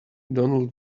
donald